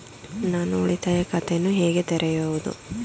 ನಾನು ಉಳಿತಾಯ ಖಾತೆಯನ್ನು ಹೇಗೆ ತೆರೆಯುವುದು?